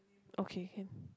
okay can